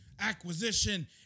acquisition